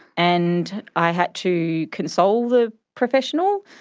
and i had to console the professional,